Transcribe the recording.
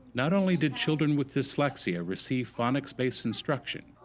not only did children with dyslexia receive phonics based instruction,